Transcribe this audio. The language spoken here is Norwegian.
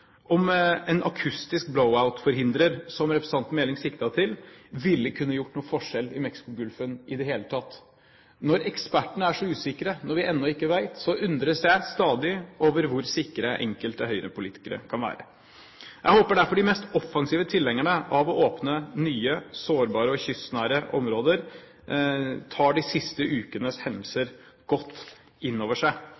om en akustisk blow-out-forhindrer – som representanten Meling siktet til – ville kunne gjort noen forskjell i Mexicogolfen i det hele tatt. Når ekspertene er så usikre, når vi ennå ikke vet, så undres jeg stadig over hvor sikre enkelte Høyre-politikere kan være. Jeg håper derfor de mest offensive tilhengerne av å åpne nye, sårbare og kystnære områder tar de siste ukenes hendelser